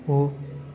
हो